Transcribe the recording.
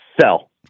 sell